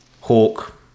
Hawk